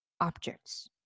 objects